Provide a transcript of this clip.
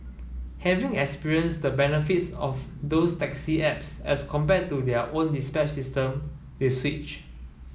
having experienced the benefits of those taxi apps as compared to their own dispatch system they switch